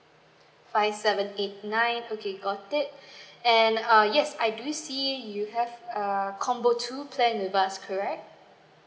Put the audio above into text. five seven eight nine okay got it and uh yes I do see you have a combo two plan with us correct